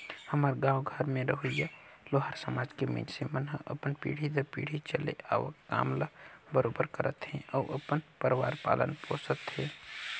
हमर गाँव घर में रहोइया लोहार समाज के मइनसे मन ह अपन पीढ़ी दर पीढ़ी चले आवक काम ल बरोबर करत हे अउ अपन परवार पालत पोसत हे